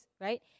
right